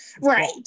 right